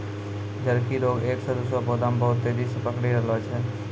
झड़की रोग एक से दुसरो पौधा मे बहुत तेजी से पकड़ी रहलो छै